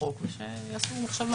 אנחנו נעביר את ההערה למחלקת הנסחות.